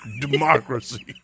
democracy